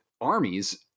armies